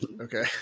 okay